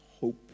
hope